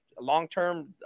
long-term